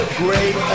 great